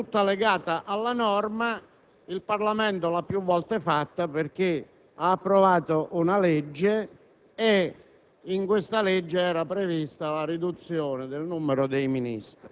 Esiste una valutazione tutta legata alla norma ed esiste una valutazione ovviamente tutta politica.